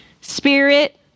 spirit